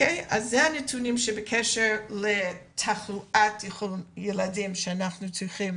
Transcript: --- אלה הנתונים בקשר לתחלואת ילדים שאנחנו צריכים